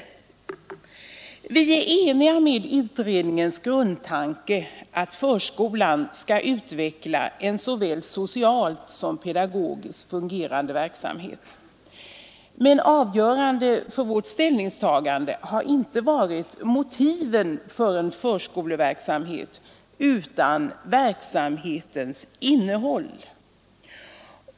Vi är eniga om utredningens grundtanke att förskolan skall utveckla en såväl socialt som pedagogiskt fungerande verksamhet. Men avgörande för vårt ställningstagande har inte varit motiven för en förskoleverksamhet utan verksamhetens innehåll.